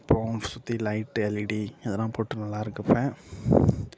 அப்புறோம் சுற்றி light LED இதெல்லாம் போட்டு நல்லா இருக்கு இப்போ